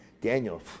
Daniel